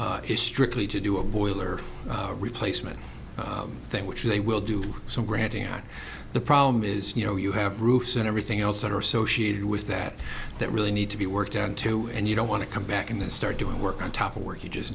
it's strictly to do a boiler replacement thing which they will do some granting at the problem is you know you have roofs and everything else that are associated with that that really need to be worked on too and you don't want to come back in and start doing work on top of where he just